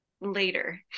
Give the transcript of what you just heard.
later